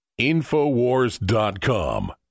InfoWars.com